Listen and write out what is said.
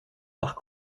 par